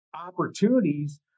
opportunities